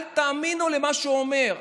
אל תאמינו למה שהוא אומר,